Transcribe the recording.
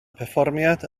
perfformiad